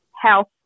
health